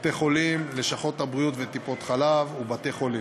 לשכות הבריאות וטיפות-חלב ובתי-חולים.